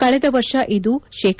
ಕಳೆದ ವರ್ಷ ಇದು ಶೇ